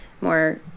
more